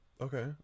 Okay